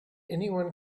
anyone